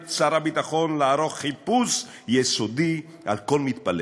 את שר הביטחון לערוך חיפוש יסודי על כל מתפלל,